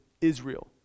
Israel